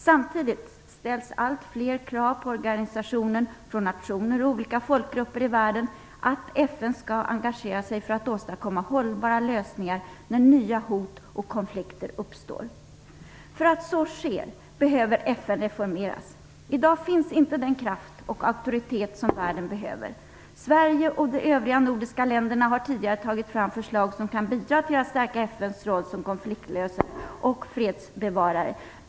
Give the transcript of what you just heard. Samtidigt ställs allt fler krav på organisationen från nationer och olika folkgrupper i världen att FN skall engagera sig för att åstadkomma hållbara lösningar när nya hot och konflikter uppstår. För att så skall ske behöver FN reformeras. I dag finns inte den kraft och auktoritet som världen behöver. Sverige och de övriga nordiska länderna har tidigare tagit fram förslag som kan bidra till att stärka FN:s roll som konfliktlösare och fredsbevarare.